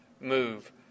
move